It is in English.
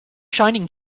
shining